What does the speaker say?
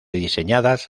diseñadas